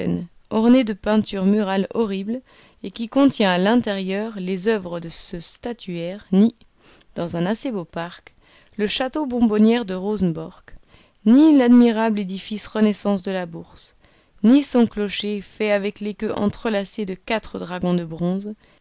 orné de peintures murales horribles et qui contient à l'intérieur les oeuvres de ce statuaire ni dans un assez beau parc le château bonbonnière de rosenborg ni l'admirable édifice renaissance de la bourse ni son clocher fait avec les queues entrelacées de quatre dragons de bronze